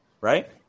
right